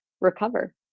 recover